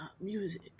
music